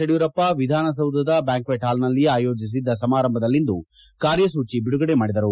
ಯಡಿಯೂರಪ್ಪ ವಿಧಾನಸೌಧದ ಬ್ಯಾಂಕ್ಷೆಟ್ ಹಾಲ್ನಲ್ಲಿ ಆಯೋಜಿಸಿದ್ದ ಸಮಾರಂಭದಲ್ಲಿಂದು ಕಾರ್ಯಸೂಚಿ ಬಿಡುಗಡೆ ಮಾಡಿದರು